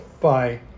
Bye